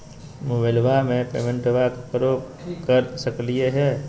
मोबाइलबा से पेमेंटबा केकरो कर सकलिए है?